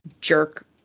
jerk